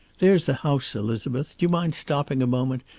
there's the house, elizabeth. do you mind stopping a moment?